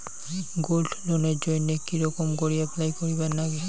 Gold লোনের জইন্যে কি রকম করি অ্যাপ্লাই করিবার লাগে?